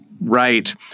Right